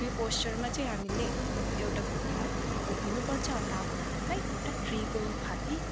tree पोस्चरमा चाहिँ हामीले एउटा खुट्टामा उभिनुपर्छ अन्त आफ्नो हातलाई एउटा ट्रीको भाती